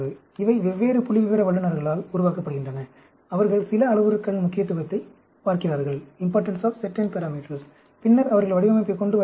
இவை வெவ்வேறு புள்ளிவிவர வல்லுநர்களால் உருவாக்கப்படுகின்றன அவர்கள் சில அளவுருக்களின் முக்கியத்துவத்தைப் பார்க்கிறார்கள் பின்னர் அவர்கள் வடிவமைப்பைக் கொண்டு வருகிறார்கள்